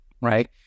right